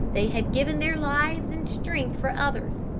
they had given their lives and strength for others,